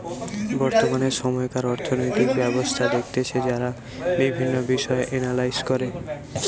বর্তমান সময়কার অর্থনৈতিক ব্যবস্থা দেখতেছে যারা বিভিন্ন বিষয় এনালাইস করে